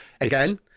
again